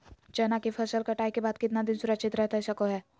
चना की फसल कटाई के बाद कितना दिन सुरक्षित रहतई सको हय?